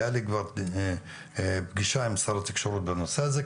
הייתה לי כבר פגישה עם משרד התקשורת בנושא הזה,